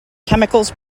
chemicals